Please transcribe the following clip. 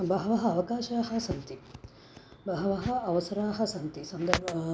बहवः अवकाशाः सन्ति बहवः अवसराः सन्ति सन्दर्